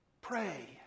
Pray